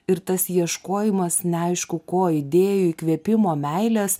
ir tas ieškojimas neaišku ko idėjų įkvėpimo meilės